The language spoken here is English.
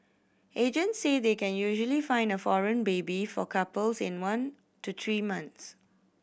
agents say they can usually find a foreign baby for couples in one to three months